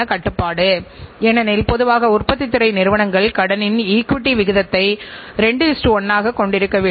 கட்டுப்பாட்டு அமைப்பு என்பது நிறுவனத்தின் செயல்திறன் என்று அழைக்கப்படும்